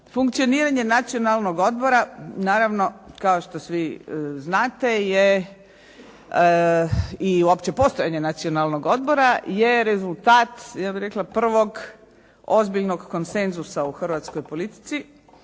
Funkcioniranje Nacionalnog odbora naravno kao što svi znate je, i uopće postojanje Nacionalnog odbora je rezultat ja bih rekla prvog ozbiljnog konsenzusa u hrvatskoj politici